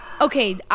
Okay